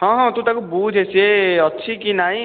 ହଁ ହଁ ତୁ ତାକୁ ବୁଝେ ସେ ଅଛି କି ନାହିଁ